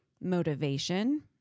motivation